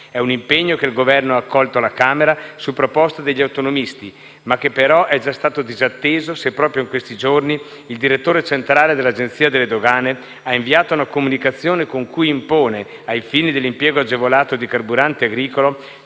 È un impegno che il Governo ha accolto alla Camera, su proposta degli autonomisti, ma che però è già stato disatteso, se proprio in questi giorni il direttore centrale dell'Agenzia delle dogane ha inviato una comunicazione con cui impone, ai fini dell'impiego agevolato di carburante agricolo,